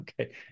Okay